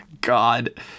God